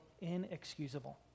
inexcusable